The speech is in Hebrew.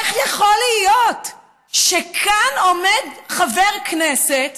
איך יכול להיות שעומד כאן חבר כנסת